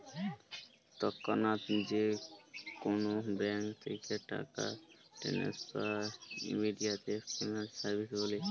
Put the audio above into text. তৎক্ষনাৎ যে কোলো ব্যাংক থ্যাকে টাকা টেনেসফারকে ইমেডিয়াতে পেমেন্ট সার্ভিস ব্যলে